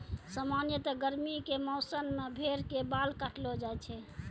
सामान्यतया गर्मी के मौसम मॅ भेड़ के बाल काटलो जाय छै